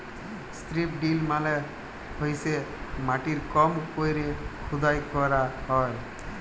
strip drill মালে হইসে মাটির কম কইরে খুদাই ক্যইরা হ্যয়